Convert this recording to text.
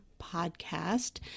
podcast